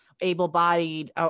able-bodied